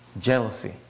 jealousy